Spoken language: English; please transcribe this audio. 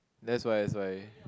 that's why that's why